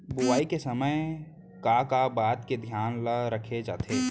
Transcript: बुआई के समय का का बात के धियान ल रखे जाथे?